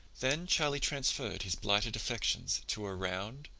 then charlie transferred his blighted affections to a round,